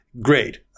great